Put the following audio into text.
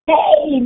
Hey